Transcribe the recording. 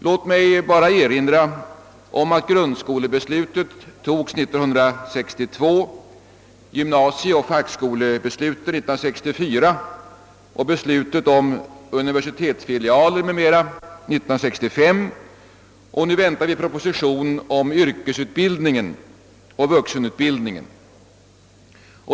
Låt mig bara erinra om att grundskolebeslutet fattades 1962, besluten om det nya gymnasiet och fackskolan 1964 och beslutet om universitetsfilialer m.m. 1965. Och nu väntar vi propositioner om yrkesutbildningen och vuxenutbildningen.